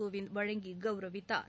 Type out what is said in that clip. கோவிந்த வழங்கி கௌரவித்தார்